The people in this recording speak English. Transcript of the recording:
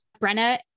Brenna